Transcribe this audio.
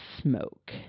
smoke